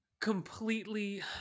completely